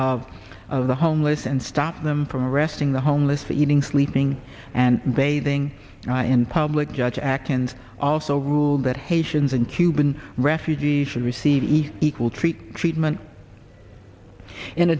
n of the homeless and stopped them from arresting the homeless eating sleeping and bathing in public judge act and also ruled that haitians and cuban refugees should receive the equal treat treatment in